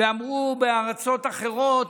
ואמרו שבארצות אחרות,